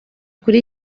kuri